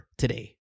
today